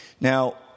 Now